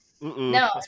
No